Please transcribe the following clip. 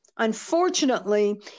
unfortunately